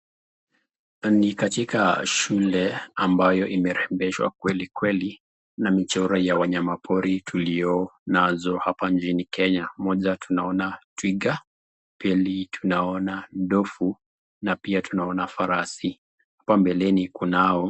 Ni katika shule ambayo imerejeshwa kweli kweli na michoro ya wanyama pori tuliyo nazo hapa nchini Kenya. Moja tunaona twiga, pili tunaona ndovu na pia tunaona farasi. Hapa mbeleni kunao ..